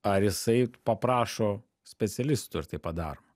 ar jisai paprašo specialistų ar tai padaroma